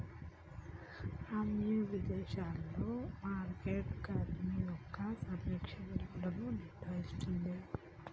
అమ్మో విదేశాలలో market currency యొక్క సాపేక్ష విలువను నిర్ణయిస్తుంది